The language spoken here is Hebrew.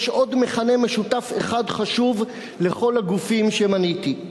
יש עוד מכנה משותף אחד חשוב לכל הגופים שמניתי,